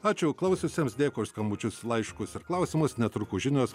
ačiū klausiusiems dėkui už skambučius laiškus ir klausimus netrukus žinios